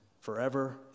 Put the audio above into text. forever